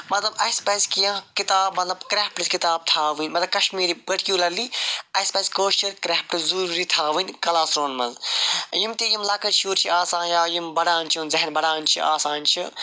مطلب اَسہِ پَزِ کیٚنٛہہ کِتاب مطلب کرٛیفٹٕچ کِتاب تھاوٕنۍ مگر کشمیری پٔٹکیٛوٗلرلی اَسہِ پِزِ کٲشُر کرٛیفٹہٕ ضروٗری تھاوٕنۍ کلاس روٗمن منٛز یِم تہِ یِم لۅکٕٹۍ شُرۍ چھِ آسان یا یِم بَڈان چھِ یِم ذہن بَڈان چھِ آسان چھِ